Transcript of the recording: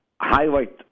highlight